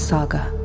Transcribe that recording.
Saga